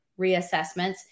reassessments